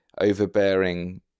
overbearing